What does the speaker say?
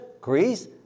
Greece